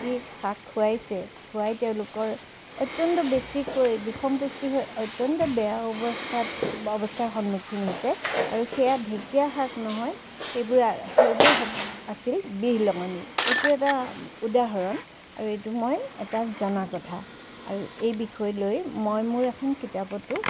যি শাক খুৱাইছে খুৱাই তেওঁলোকৰ অত্যন্ত বেছিকৈ বিষমপুষ্টি হৈ অত্যন্ত বেয়া অৱস্থাত অৱস্থাৰ সন্মুখীন হৈছে আৰু সেয়া ঢেকীয়া শাক নহয় সেইবোৰ সেইবোৰ আছিল বিহলঙনি এইটো এটা উদাহৰণ আৰু এইটো মই এটা জনা কথা আৰু এই বিষয়লৈ মই মোৰ এখন কিতাপটো